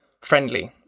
friendly